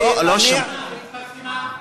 לא, אני לא, התפרסמה.